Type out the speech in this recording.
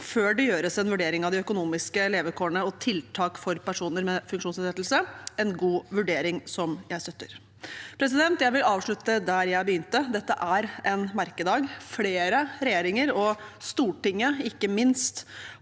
før det gjøres en vurdering av de økonomiske levekårene og tiltak for personer med funksjonsnedsettelse. Det er en god vurdering, som jeg støtter. Jeg vil avslutte der jeg begynte: Dette er en merkedag. Flere regjeringer og ikke minst